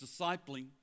discipling